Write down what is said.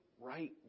right